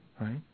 Right